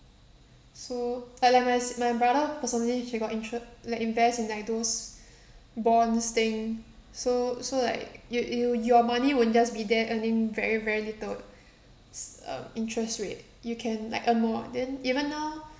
so uh like my s~ my brother personally he got intere~ like invest in like those bonds thing so so like you you your money won't just be there earning very very little s~ uh interest rate you can like earn more then even now